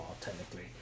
technically